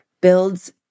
builds